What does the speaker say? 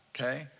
okay